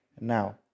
Now